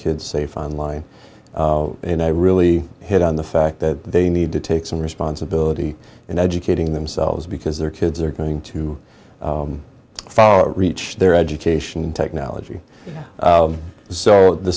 kids safe online and i really hit on the fact that they need to take some responsibility in educating themselves because their kids are going to follow it reach their education and technology so the